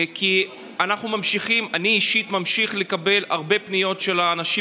כי אני אישית ממשיך לקבל הרבה פניות של אנשים